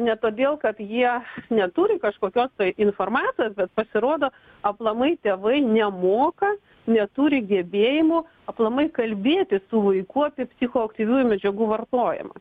ne todėl kad jie neturi kažkokios informacijos bet pasirodo aplamai tėvai nemoka neturi gebėjimų aplamai kalbėti su vaiku apie psichoaktyviųjų medžiagų vartojimą